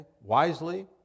wisely